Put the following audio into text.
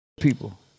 people